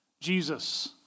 Jesus